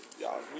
y'all